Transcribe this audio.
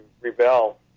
rebel